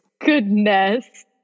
goodness